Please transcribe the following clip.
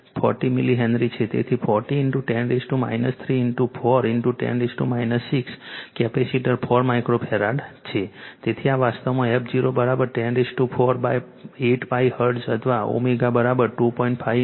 તેથી 40 10 3 4 10 6 capacitor 4 micro farad છે તેથી આ વાસ્તવમાં f01048π હર્ટ્ઝ અથવા ω0 2